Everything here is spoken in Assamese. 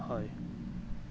হয়